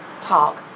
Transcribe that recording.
talk